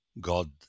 God